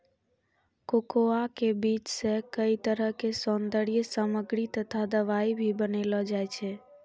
cocoa के बीज सॅ कई तरह के सौन्दर्य सामग्री तथा दवाई भी बनैलो जाय छै